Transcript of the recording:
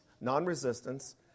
non-resistance